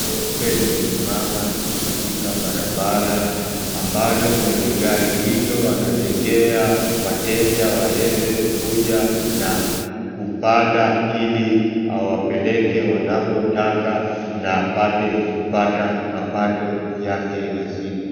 Gari jeupe limesimama, liko katika barabara ambalo mwenye gari hilo anategea wateja waeze kuja na kupanda ili awapeleke wanapotaka na apate kupata mapato yake ya siku.